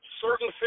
certain